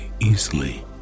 easily